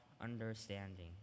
understanding